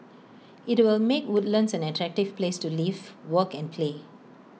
IT will make Woodlands an attractive place to live work and play